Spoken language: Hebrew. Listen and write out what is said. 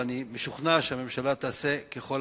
ואני משוכנע שהממשלה תעשה ככל